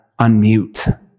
unmute